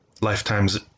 lifetimes